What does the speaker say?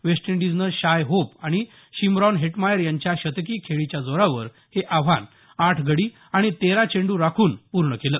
waste इंडिजनं Shai Hope आणि Shimron Hetmyer यांच्या शतकी खेळीच्या जोरावर हे आव्हान आठ गडी आणि तेरा चेंडू राखून पूर्ण केलं